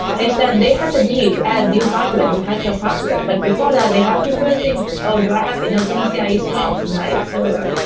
is that they have the need to add new hardware, new types of hardware. but before that, they have to first think, oh, do i have enough pci slots in my server?